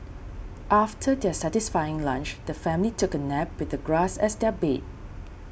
after their satisfying lunch the family took a nap with the grass as their bed